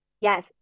yes